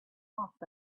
off